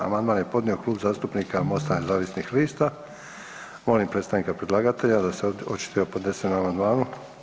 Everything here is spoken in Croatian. Amandman je podnio Klub zastupnika Mosta nezavisnih lista, molim predstavnika predlagatelja da se očituje o podnesenom amandmanu.